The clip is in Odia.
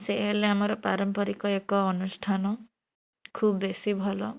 ସେ ହେଲେ ଆମ ପାରମ୍ପରିକ ଏକ ଅନୁଷ୍ଠାନ ଖୁବ ବେଶୀ ଭଲ